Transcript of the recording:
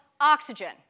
oxygen